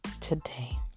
today